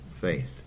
faith